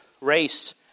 race